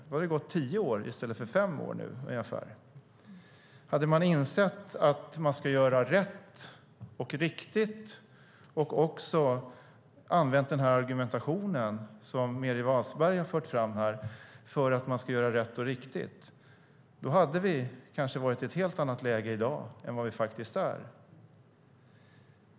Då hade det gått ungefär tio år i stället för fem. Hade man insett att man ska göra rätt och riktigt och också använt argumentationen som Meeri Wasberg har fört fram för att man ska göra rätt och riktigt, då hade vi kanske varit i ett helt annat läge i dag än vad vi faktiskt är.